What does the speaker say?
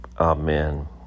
amen